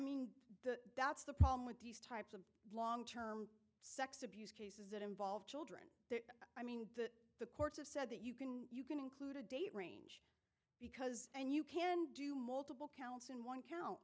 the that's the problem with these types of long term sex abuse cases that involve children i mean that the courts have said that you can you can include a date range because then you can do multiple counts one count